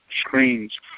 screens